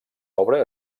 obra